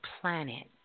planet